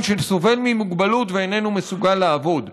שסובל ממוגבלות ואיננו מסוגל לעבוד.